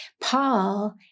Paul